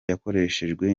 yakoreshejwe